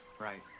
Right